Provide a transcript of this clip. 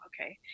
Okay